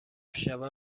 شود